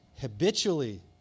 habitually